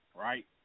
right